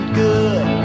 good